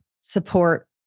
support